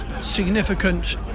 significant